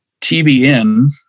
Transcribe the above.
TBN